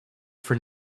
for